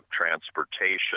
transportation